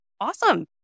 awesome